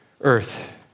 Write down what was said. earth